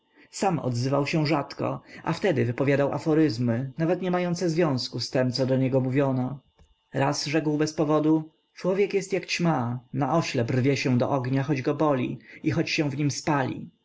sam odzywał się rzadko a wtedy wypowiadał aforyzmy nawet nie mające związku z tem co do niego mówiono raz rzekł bez powodu człowiek jest jak ćma naoślep rwie się do ognia choć go boli i choć się w nim spali